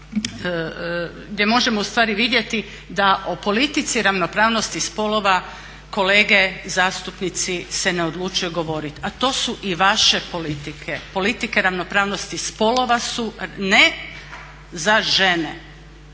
gdje možemo ustvari vidjeti da u politici o ravnopravnosti spolova kolege zastupnici se ne odlučuju govoriti, a to su i vaše politike, politike ravnopravnosti spolova su ne za žene